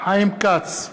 חיים כץ,